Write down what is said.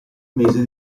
mese